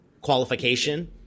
qualification